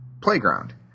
playground